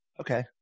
okay